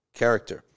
character